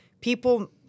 people